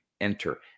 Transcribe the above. enter